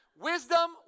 Wisdom